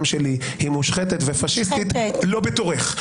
שלי היא מושחתת ופשיסטית לא בתורך.